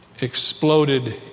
Exploded